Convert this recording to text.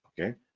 okay